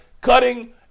Cutting